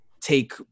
take